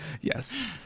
Yes